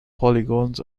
polygons